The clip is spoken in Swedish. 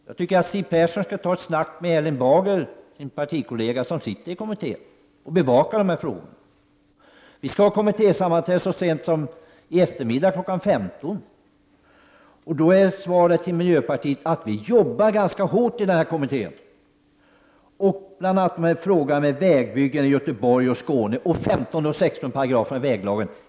Jag tycker att Siw Persson skall ta ett samtal med Erling Bager, partikollegan, som sitter i kommittén och bevakar de här frågorna. Så sent som i eftermiddag kl. 15 skall vi ha ett kommittésammanträde. Till miljöpartisterna vill jag säga att vi arbetar ganska hårt inom kommittén. Det gäller bl.a. vägbyggen i Göteborg och Skåne och 15 och 16 §§ i väglagen.